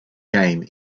game